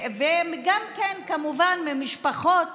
וגם כמובן ממשפחות